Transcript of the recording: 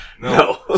No